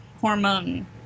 hormone